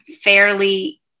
fairly